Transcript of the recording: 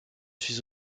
suis